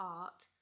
art